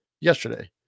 yesterday